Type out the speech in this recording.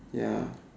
ya